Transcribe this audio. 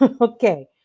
Okay